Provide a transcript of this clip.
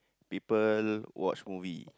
people watch movie